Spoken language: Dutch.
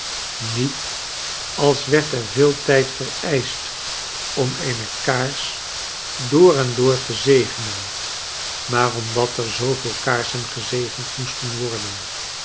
niet als werd er veel tijd vereischt om eene kaars door en door te zegenen maar omdat er zooveel kaarsen gezegend moesten worden